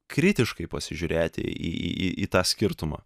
kritiškai pasižiūrėti į į į tą skirtumą